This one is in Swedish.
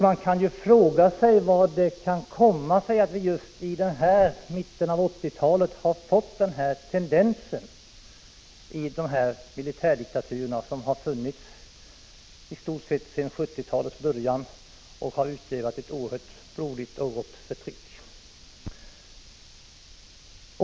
Man kan fråga sig hur det kommer sig att vi i mitten av 1980-talet har fått denna tendens i de här militärdiktaturerna, vilka i stort sett har funnits sedan början av 1970-talet. Dessa diktaturer har utövat ett oerhört blodigt och hårt förtryck mot befolkningen.